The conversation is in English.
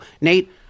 Nate